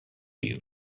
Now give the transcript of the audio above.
you